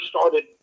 started